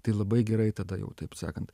tai labai gerai tada jau taip sakant